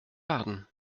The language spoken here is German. baden